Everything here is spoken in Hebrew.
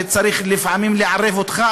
וצריך לפעמים לערב אותך,